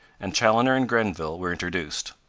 and chaloner and grenville were introduced.